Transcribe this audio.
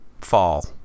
fall